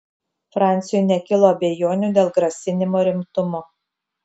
franciui nekilo abejonių dėl grasinimo rimtumo